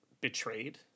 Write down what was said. betrayed